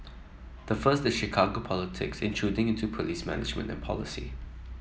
the first is Chicago politics intruding into police management and policy